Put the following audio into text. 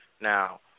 Now